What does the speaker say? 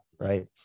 right